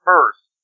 first